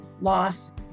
loss